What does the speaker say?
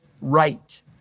right